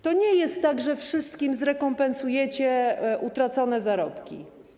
To nie jest tak, że wszystkim zrekompensujecie utracone zarobki.